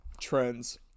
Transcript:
Trends